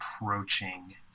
approaching